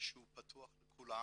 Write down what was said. שהוא פתוח לכולם